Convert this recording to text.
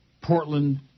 Portland